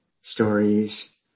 stories